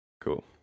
cool